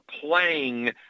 playing